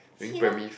see lah